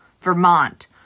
Vermont